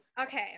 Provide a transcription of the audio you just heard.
okay